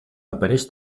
apareix